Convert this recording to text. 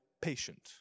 patient